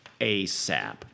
asap